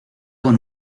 con